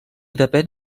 depèn